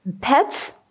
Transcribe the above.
Pets